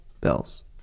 bells